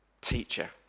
Teacher